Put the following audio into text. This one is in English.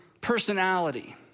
personality